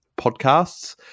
podcasts